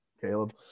Caleb